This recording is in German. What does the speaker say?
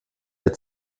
der